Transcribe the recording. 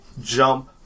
jump